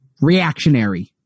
reactionary